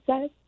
says